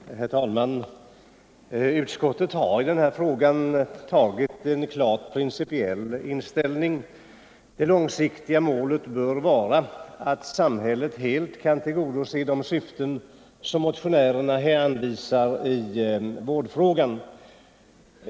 Herr talman! Utskottet har i denna fråga intagit en klart principiell inställning. Det långsiktiga målet bör vara att samhället helt kan tillgodose de syften som motionärerna anvisar i vårdfrågan.